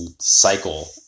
cycle